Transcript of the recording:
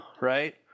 Right